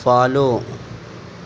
follow